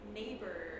neighbor